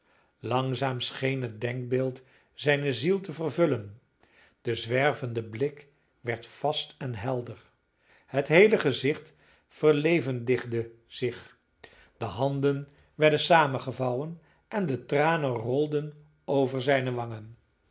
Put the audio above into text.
langzaam scheen het denkbeeld zijne ziel te vervullen de zwervende blik werd vast en helder het geheele gezicht verlevendigde zich de handen werden saamgevouwen en de tranen rolden over zijne wangen